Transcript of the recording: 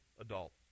adult